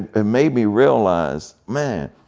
it made me realize, man,